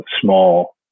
small